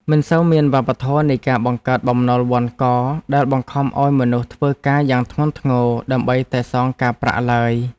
មិនសូវមានវប្បធម៌នៃការបង្កើតបំណុលវណ្ឌកដែលបង្ខំឱ្យមនុស្សធ្វើការយ៉ាងធ្ងន់ធ្ងរដើម្បីតែសងការប្រាក់ឡើយ។